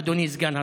אדוני סגן השר.